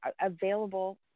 available